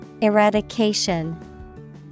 Eradication